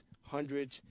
hundreds